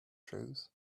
shoes